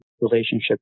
relationship